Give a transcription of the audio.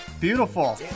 beautiful